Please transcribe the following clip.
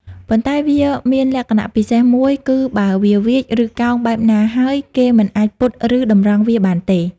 ប៉ុន្តែវាមានលក្ខណៈពិសេសមួយ គឺបើវាវៀច ឬកោងបែបណាហើយ គេមិនអាចពត់ ឬតម្រង់វាបានទេ។